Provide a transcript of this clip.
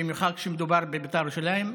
במיוחד כשמדובר בבית"ר ירושלים,